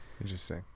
interesting